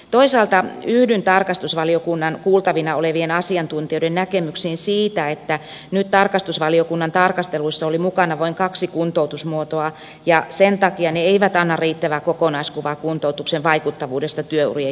toisaalta yhdyn tarkastusvaliokunnan kuultavina olleiden asiantuntijoiden näkemyksiin siitä että nyt tarkastusvaliokunnan tarkasteluissa oli mukana vain kaksi kuntoutusmuotoa ja sen takia ne eivät anna riittävää kokonaiskuvaa kuntoutuksen vaikuttavuudesta työurien jatkamiseen